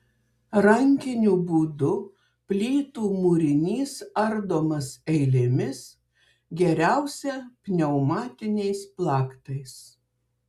rankiniu būdu plytų mūrinys ardomas eilėmis geriausia pneumatiniais plaktais